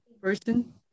person